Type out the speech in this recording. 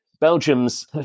Belgium's